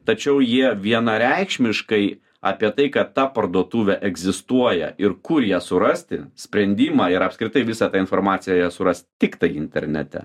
tačiau jie vienareikšmiškai apie tai kad ta parduotuvė egzistuoja ir kur ją surasti sprendimą ir apskritai visą tą informaciją jie suras tiktai internete